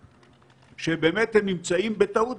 כ-40,000 אנשים פנו למוקד.